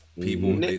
People